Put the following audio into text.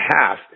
half